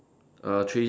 err three